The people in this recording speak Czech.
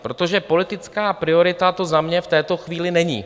Protože politická priorita to za mě v této chvíli není.